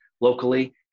locally